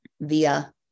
via